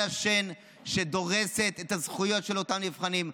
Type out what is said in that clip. השן שדורס את הזכויות של אותם נבחנים.